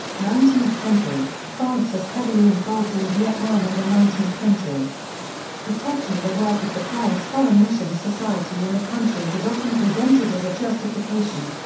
nineteenth century france was heavily involved in vietnam in the nineteenth century protecting the work of the paris foreign missions society in the country was often presented as a justification.